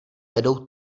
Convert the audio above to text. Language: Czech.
vedou